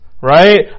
Right